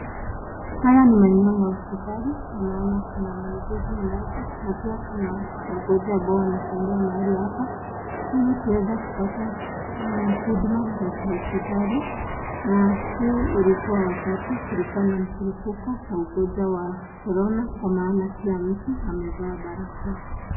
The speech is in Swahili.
Haya ni maeneo ya hospitali na naona kuna muuguzi mmoja na pia kuna wagonjwa ambao wametembea mahali hapa ili kuweza kupata huduma za kihospitali na huu ulikuwa wakati kulikuwa na mlipuko wa ugonjwa wa corona maana kila mtu amevaa barakoa .